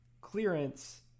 clearance